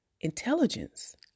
intelligence